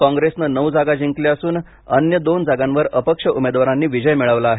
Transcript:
कॉंग्रेसने नऊ जागा जिंकल्या असून अन्य दोन जागांवर अपक्ष उमेदवारांनी विजय मिळविला आहे